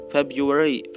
February